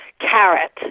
carrot